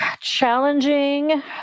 challenging